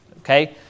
Okay